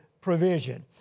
provision